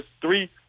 three